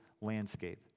landscape